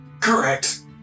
correct